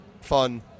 fun